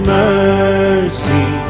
mercy